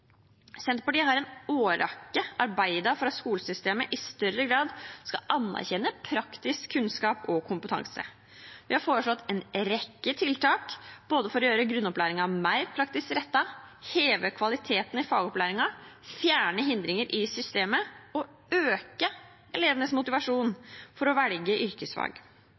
Senterpartiet har i en årrekke arbeidet for at skolesystemet i større grad skal anerkjenne praktisk kunnskap og kompetanse. Vi har foreslått en rekke tiltak både for å gjøre grunnopplæringen mer praktisk rettet, heve kvaliteten i fagopplæringen, fjerne hindringer i systemet og øke elevenes motivasjon for å velge yrkesfag.